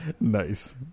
nice